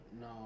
No